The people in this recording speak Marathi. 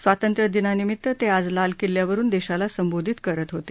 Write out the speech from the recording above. स्वातंत्र्यदिनानिमीत्त ते आज लाल किल्ल्यावरून देशाला संबोधित करत होते